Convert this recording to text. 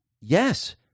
Yes